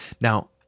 Now